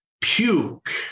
puke